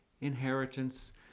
inheritance